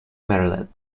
maryland